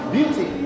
Beauty